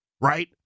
right